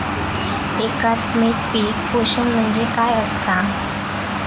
एकात्मिक पीक पोषण म्हणजे काय असतां?